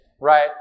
right